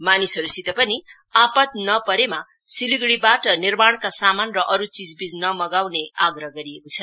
मानिसहरूसित पनि आपद नपरेमा सिलीगुढ़ी निर्माणका सामान र अरू चीजबीज नमगाउने आग्रह गरिएको छ